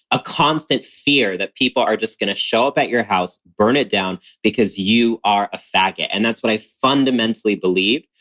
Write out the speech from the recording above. a constant fear that people are just going to show up at your house, burn it down because you are a fagot. and that's what i fundamentally believe,